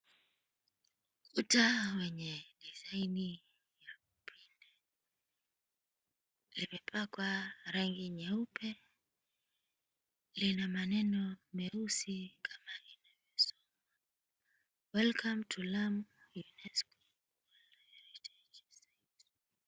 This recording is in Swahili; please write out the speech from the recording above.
Ukuta wenye design ya upinde, limepakwa rangi nyeupe, lina maneno meusi kama inavyosoma, "Welcome to LAMU, UNESCO World Heritage Site."